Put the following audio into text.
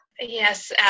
Yes